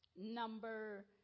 number